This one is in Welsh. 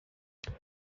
beth